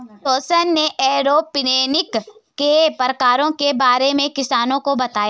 रौशन ने एरोपोनिक्स के प्रकारों के बारे में किसानों को बताया